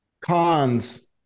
cons